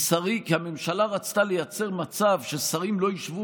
כי הממשלה רצתה לייצר מצב ששרים לא ישבו